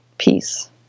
peace